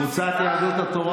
קבוצת יהדות התורה,